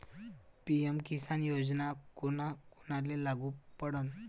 PM Kisan योजना कोना कोनाले लागू पडन?